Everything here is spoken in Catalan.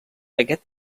aquest